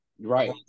Right